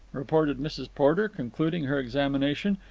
reported mrs. porter, concluding her examination.